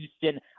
Houston